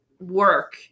work